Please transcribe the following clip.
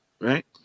right